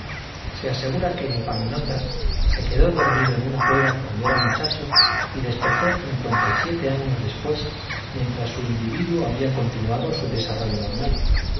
se asegura que epaminondas se quedó dormido en una cueva cuando era muchacho y despertó cincuenta y siete años después mientras su individuo había continuado su desarrollo normal